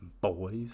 boys